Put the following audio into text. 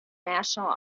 national